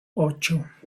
ocho